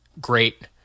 great